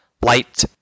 light